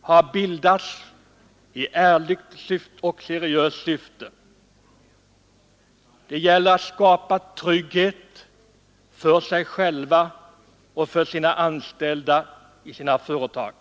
har: bildats i ärligt och seriöst syfte. Det gäller att skapa trygghet för sig själv och sina anställda i sitt företag.